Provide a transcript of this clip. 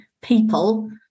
people